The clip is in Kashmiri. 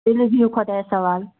تُلِو بِہِو خۄدایَس حوال